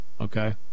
Okay